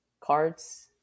cards